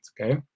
Okay